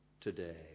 today